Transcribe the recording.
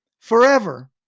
forever